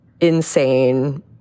insane